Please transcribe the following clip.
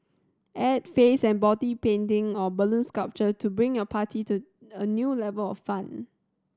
add face and body painting or balloon sculpture to bring your party to a new level of fun